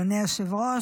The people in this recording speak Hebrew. אדוני היושב-ראש,